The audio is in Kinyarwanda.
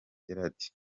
gerald